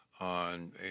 on